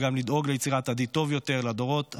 וגם לדאוג ליצירת עתיד טוב יותר לדורות הנוכחיים,